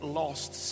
lost